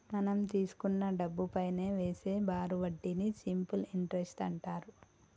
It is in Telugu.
మనం తీసుకున్న డబ్బుపైనా వేసే బారు వడ్డీని సింపుల్ ఇంటరెస్ట్ అంటారు